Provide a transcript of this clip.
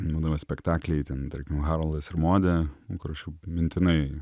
būdavo spektakliai ten tarkim haroldas ir modė kur aš jau mintinai